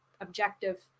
objective